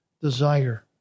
desire